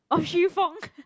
orh Xu-Fong